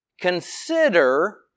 Consider